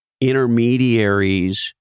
intermediaries